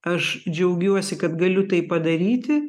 aš džiaugiuosi kad galiu tai padaryti